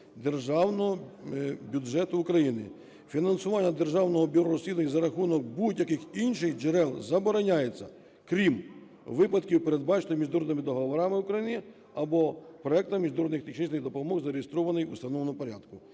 Державного бюджету України. Фінансування Державного бюро розслідувань за рахунок будь-яких інших джерел забороняється, крім випадків, передбачених міжнародними договорами України або проектами міжнародної технічної допомоги, зареєстрованими в установленому порядку".